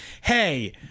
hey